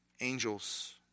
angels